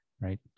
right